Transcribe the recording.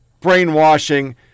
brainwashing